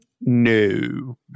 No